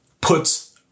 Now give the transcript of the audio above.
puts